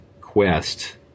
quest